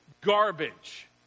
Garbage